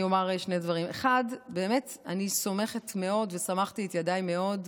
אני אומר שני דברים: 1. באמת אני סומכת מאוד וסמכתי את ידיי מאוד,